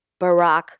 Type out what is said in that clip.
Barack